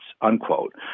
unquote